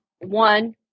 one